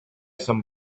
some